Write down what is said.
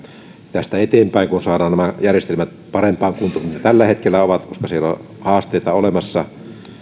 tästä eteenpäin kun saadaan nämä järjestelmät parempaan kuntoon kuin missä ne tällä hetkellä ovat koska siellä on haasteita olemassa